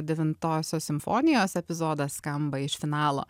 devintosios simfonijos epizodas skamba iš finalo